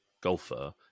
golfer